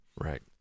Right